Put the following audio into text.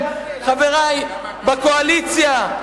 חברי בקואליציה,